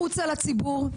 החוצה לציבור?